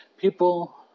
People